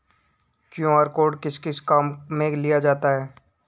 QR code किस किस काम में लिया जाता है?